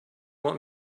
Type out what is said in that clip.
want